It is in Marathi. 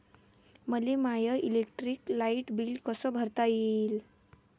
मले माय इलेक्ट्रिक लाईट बिल कस भरता येईल?